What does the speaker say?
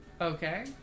Okay